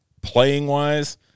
Playing-wise